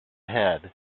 head